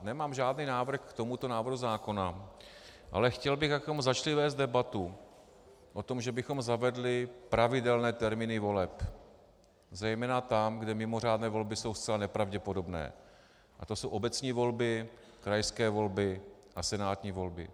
Nemám žádný návrh k tomuto návrhu zákona, ale chtěl bych, bychom začali vést debatu o tom, že bychom zavedli pravidelné termíny voleb, zejména tam, kde mimořádné volby jsou zcela nepravděpodobné, a to jsou obecní volby, krajské volby a senátní volby.